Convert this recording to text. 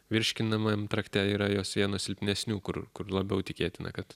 virškinamajame trakte yra jos viena silpnesnių kur kur labiau tikėtina kad